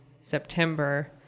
September